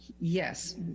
Yes